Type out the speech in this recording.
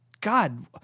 God